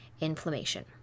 inflammation